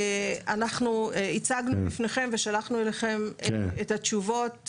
אנחנו הצגנו בפניכם ושלחנו אליכם את התשובות,